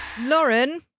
Lauren